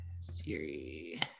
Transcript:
Siri